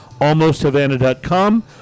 almosthavana.com